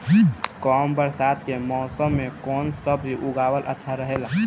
कम बरसात के मौसम में कउन सब्जी उगावल अच्छा रहेला?